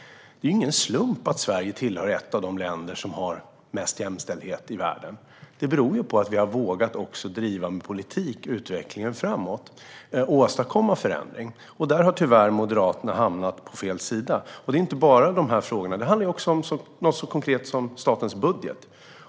Det är ingen slump att Sverige är ett av de länder som har mest jämställdhet i världen. Det beror på att vi har vågat driva utvecklingen framåt och åstadkomma förändring med politik. Där har Moderaterna tyvärr hamnat på fel sida. Det är inte bara gällande de här frågorna, utan det handlar också om något så konkret som statens budget.